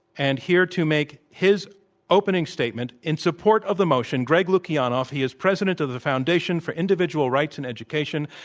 and here to make his opening statement in support of the motion, greg lukianoff. he is president of the foundation for individual rights in education